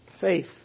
Faith